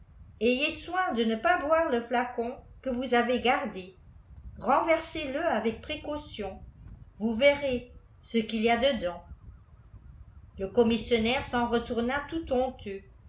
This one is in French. ayez soin de ne pas boire le flacon que vous avez garce dé renversez le avec précaution vous verrelz ce qu'il yâedans le commissionnaire s'en retourna tout honteuît